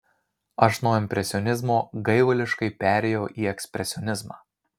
aš nuo impresionizmo gaivališkai perėjau į ekspresionizmą